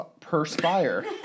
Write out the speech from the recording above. perspire